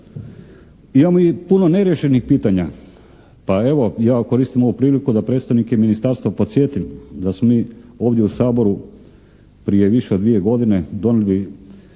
Imamo i puno neriješenih pitanja, pa evo, ja koristim ovu priliku da predstavnike ministarstva podsjetim da smo mi ovdje u Saboru prije više od 2 godine donijeli